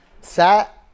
Sat